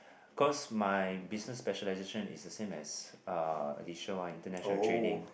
cause my business specialization is a same as uh addition one international trading